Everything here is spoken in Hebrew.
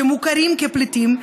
שמוכרים כפליטים,